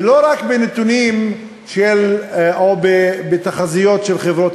ולא רק בנתונים או בתחזיות של חברות